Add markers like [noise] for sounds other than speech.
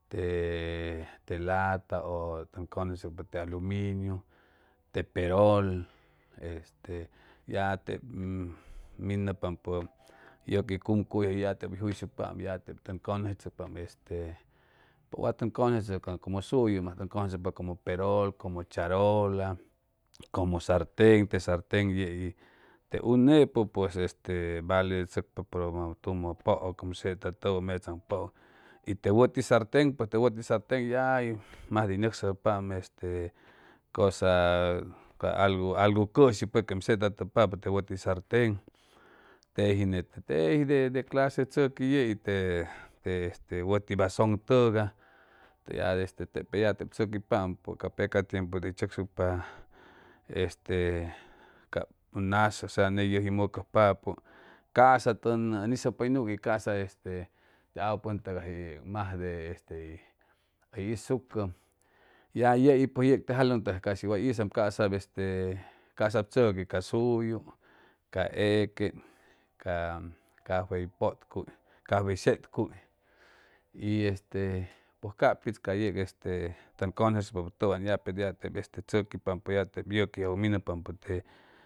Te te lata ʉ ʉn cʉnʉsechʉcpa te aluminiu te perol este ya tep minʉpampʉ yʉqui cuycuyjʉ ya tep hʉy juyshucpaam ya tep tʉn cʉnʉsechʉcpaam te wa tʉn cʉnʉsechʉcaam como suyu mas tʉn cʉnʉsechʉcpa como perol como charola como sarten te sarten yei te unepʉ pues este valechʉcpa [hesitation] tumʉ pʉʉk ʉm setatʉpa mechaaŋ pʉʉk ʉm setatʉpa y te wʉti sarten pues te wʉti sarten ya majde hʉy nʉcsajpaam este cosa ca algu algu cʉshi pues quem setatʉpapʉ te wʉti sarten teji nete teji de clase tzʉqui yei te te wʉti vasʉn tʉgay te ya peya este tzʉquipampʉ ca peca tiempu hʉy tzʉcsucpa este cap nas osea ney yʉji mʉcʉjpapʉ ca'sa tʉn hizʉ pʉy nugui ca'sa este te apupʉntʉgay majde este hʉy hʉy hizucʉ y ya yei pues yeg te jalʉŋ tʉg casi way hizam casap este casap tzʉqui ca suyu ca equen ca ca cafey pʉtcuy cafey setcuy y este pʉj ca pitz ca yeg este tʉn cʉnʉsechʉcpapʉ tʉwan ya pe ya tep este tʉquipampʉ ya tep yʉquijʉg minʉpampʉ te